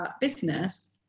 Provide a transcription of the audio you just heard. business